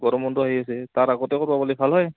গৰম বন্ধ আহি আছে তাৰ আগতে কৰিব পাৰিলে ভাল হয়